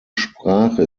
sprache